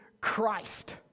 Christ